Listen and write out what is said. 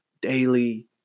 daily